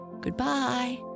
goodbye